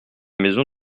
maison